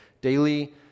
daily